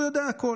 הוא יודע הכול.